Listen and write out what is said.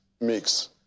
mix